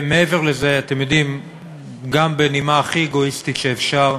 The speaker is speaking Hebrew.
מעבר לזה, גם בנימה הכי אגואיסטית שאפשר,